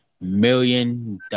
million